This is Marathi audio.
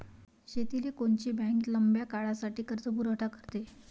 शेतीले कोनची बँक लंब्या काळासाठी कर्जपुरवठा करते?